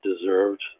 deserved